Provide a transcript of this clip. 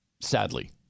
Sadly